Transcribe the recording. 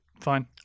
Fine